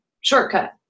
shortcut